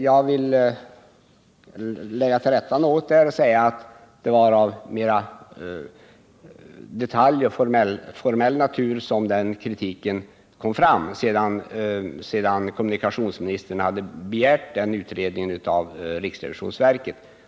Jag vill göra ett tillrättaläggande och framhålla att den kritiken mera gällde detaljer och formella saker och kom först sedan kommunikationsministern hade begärt utredningen av riksrevisionsverket.